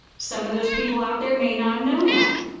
some of those people out there may not have known that.